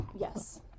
Yes